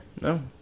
no